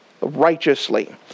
righteously